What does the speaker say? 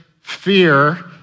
fear